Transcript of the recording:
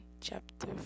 chapter